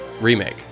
Remake